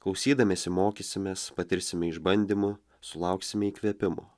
klausydamiesi mokysimės patirsime išbandymų sulauksime įkvėpimo